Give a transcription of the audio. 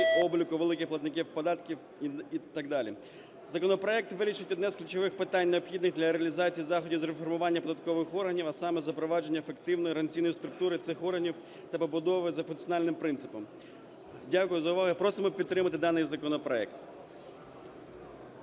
обліку великих платників податків і так далі. Законопроект вирішить одне з ключових питань, необхідних для реалізації заходів з реформування податкових органів, а саме запровадження ефективної організаційної структури цих органів та побудови за функціональним принципом. Дякую за увагу і просимо підтримати даний законопроект.